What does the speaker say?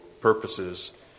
purposes